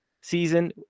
season